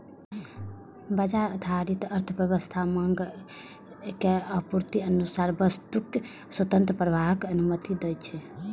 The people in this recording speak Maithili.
बाजार आधारित अर्थव्यवस्था मांग आ आपूर्तिक अनुसार वस्तुक स्वतंत्र प्रवाहक अनुमति दै छै